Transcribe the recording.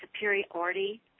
superiority